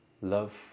love